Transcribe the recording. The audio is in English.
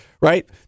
right